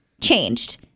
changed